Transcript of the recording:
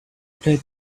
play